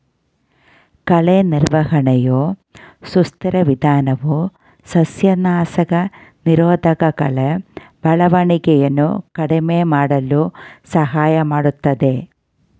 ಕಳೆ ನಿರ್ವಹಣೆಯ ಸುಸ್ಥಿರ ವಿಧಾನವು ಸಸ್ಯನಾಶಕ ನಿರೋಧಕಕಳೆ ಬೆಳವಣಿಗೆಯನ್ನು ಕಡಿಮೆ ಮಾಡಲು ಸಹಾಯ ಮಾಡ್ತದೆ